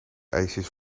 ijsjes